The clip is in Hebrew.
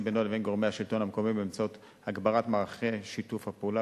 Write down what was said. בינו לבין השלטון המקומי באמצעות הגברת מערכי שיתוף הפעולה